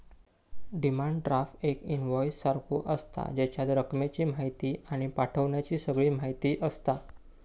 demand draft एक invoice सारखो आसता, जेच्यात रकमेची म्हायती आणि पाठवण्याची सगळी म्हायती आसता